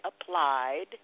applied